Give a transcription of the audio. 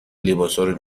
لباسارو